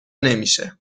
نمیشه